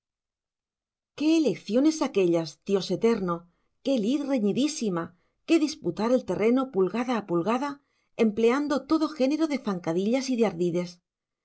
qué elecciones aquéllas dios eterno qué lid reñidísima qué disputar el terreno pulgada a pulgada empleando todo género de zancadillas y ardides